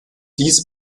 dies